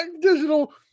digital